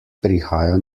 prihaja